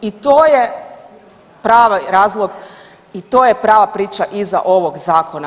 I to je pravi razlog, i to je prava priča iza ovog zakona.